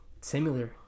similar